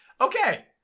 Okay